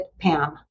pam